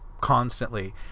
constantly